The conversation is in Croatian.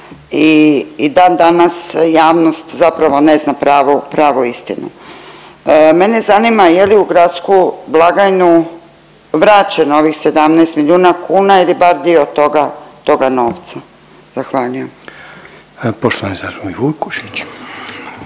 i dan danas javnost zapravo ne zna pravu, pravu istinu. Mene zanima je li u gradsku blagajnu vraćeno ovih 17 milijuna kuna ili bar dio toga, toga novca? Zahvaljujem. **Reiner, Željko